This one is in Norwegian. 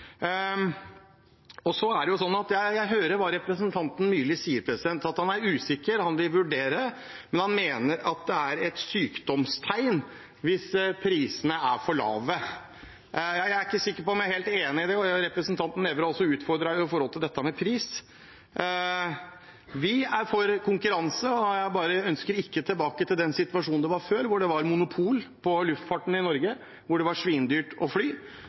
Jeg hører hva representanten Myrli sier, at han er usikker, og at han vil vurdere, men han mener at det er et sykdomstegn hvis prisene er for lave. Jeg er ikke sikker på om jeg er helt enig i det. Representanten Nævra utfordret også når det gjelder dette med pris. Vi er for konkurranse, og jeg ønsker meg ikke tilbake til den situasjonen som var før, da det var monopol på luftfarten i Norge, og det var svindyrt å fly.